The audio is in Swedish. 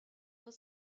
vad